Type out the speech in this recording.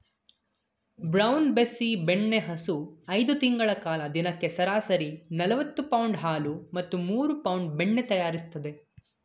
brown Bessie ಬೆಣ್ಣೆಹಸು ಐದು ತಿಂಗಳ ಕಾಲ ದಿನಕ್ಕೆ ಸರಾಸರಿ ನಲವತ್ತು ಪೌಂಡ್ ಹಾಲು ಮತ್ತು ಮೂರು ಪೌಂಡ್ ಬೆಣ್ಣೆ ತಯಾರಿಸ್ತದೆ